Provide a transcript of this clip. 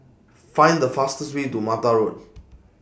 Find The fastest Way to Mata Road